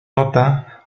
nota